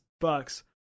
bucks